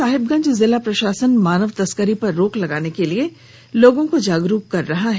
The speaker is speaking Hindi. साहेबगंज जिला प्रशासन मानव तस्करी पर रोक लगाने के लिए लोगों को जागरूक कर रहा है